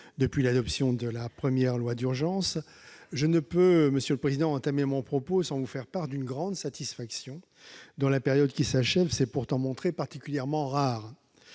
depuis l'adoption de la première loi d'urgence, je ne peux entamer mon propos sans vous faire part d'une grande satisfaction, dont la période qui s'achève s'est pourtant montrée particulièrement avare